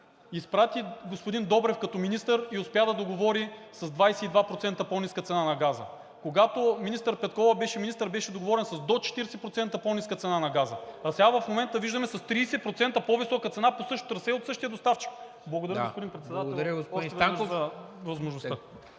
изпрати господин Добрев като министър и успя да договори с 22% по-ниска цена на газа. Когато министър Петкова беше министър, беше договорена с до 40% по-ниска цена на газа, а сега в момента виждаме с 30% по-висока цена по същото трасе от същия доставчик. Благодаря, господин Председател, още веднъж